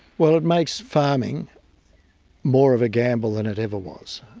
well, it makes farming more of a gamble than it ever was.